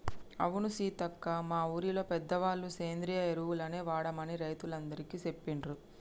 అవును సీతక్క మా ఊరిలో పెద్దవాళ్ళ సేంద్రియ ఎరువులనే వాడమని రైతులందికీ సెప్పిండ్రు